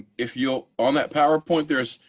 if you'll, on that powerpoint. there's,